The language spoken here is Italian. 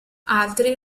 altri